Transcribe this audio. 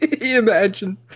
Imagine